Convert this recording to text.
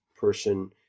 person